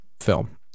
film